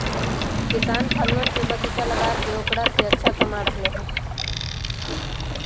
किसान फलवन के बगीचा लगाके औकरा से अच्छा कमा रहले है